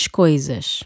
coisas